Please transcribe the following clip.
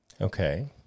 Okay